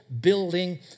building